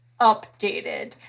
updated